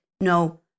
no